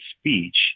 speech